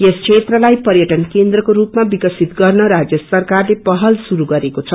यस क्षेत्रलाई पर्यटन केनद्रको रूपमा विकसित गर्न राज्य सरकारले पहल श्रुरू गरेको छ